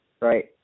right